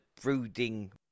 brooding